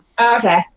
Okay